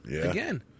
again